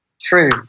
True